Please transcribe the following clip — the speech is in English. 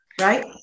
right